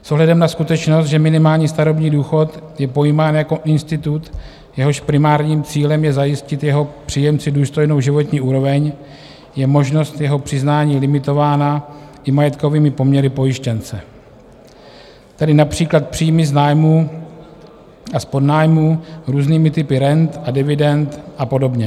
S ohledem na skutečnost, že minimální starobní důchod je pojímán jako institut, jehož primárním cílem je zajistit jeho příjemci důstojnou životní úroveň, je možnost jeho přiznání limitována i majetkovými poměry pojištěnce, tedy například příjmy z nájmu a z podnájmu, různými typy rent a dividend a podobně.